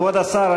כבוד השר,